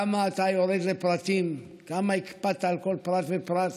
כמה אתה יורד לפרטים, כמה הקפדת על כל פרט ופרט,